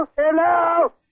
Hello